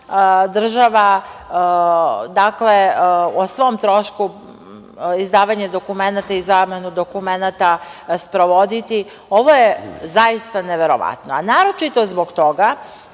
država o svom trošku izdavanje dokumenata i zamenu dokumenata sprovoditi. Ovo je zaista neverovatno, naročito zbog toga